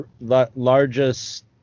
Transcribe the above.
largest